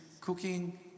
cooking